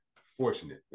fortunate